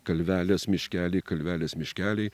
kalvelės miškeliai kalvelės miškeliai